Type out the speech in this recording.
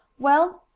well,